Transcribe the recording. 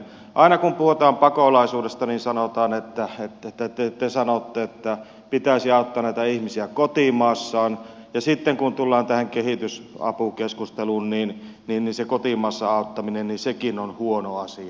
aina kun puhutaan pakolaisuudesta niin te sanotte että pitäisi auttaa näitä ihmisiä kotimaassaan ja sitten kun tullaan tähän kehitysapukeskusteluun niin se kotimaassa auttaminenkin on huono asia